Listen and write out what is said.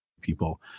people